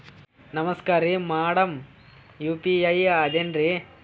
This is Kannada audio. ನಮಸ್ಕಾರ್ರಿ ಮಾಡಮ್ ಯು.ಪಿ.ಐ ಅಂದ್ರೆನ್ರಿ?